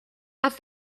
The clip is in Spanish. haz